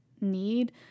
need